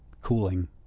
cooling